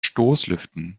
stoßlüften